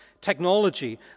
Technology